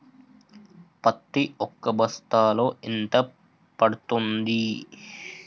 పత్తి ఒక బస్తాలో ఎంత పడ్తుంది?